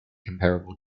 comparable